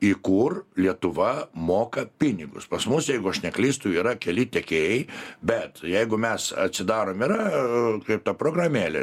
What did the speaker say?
į kur lietuva moka pinigus pas mus jeigu aš neklystu yra keli tiekėjai bet jeigu mes atsidarom yra kaip ta programėlė